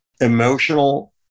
emotional